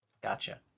gotcha